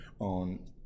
on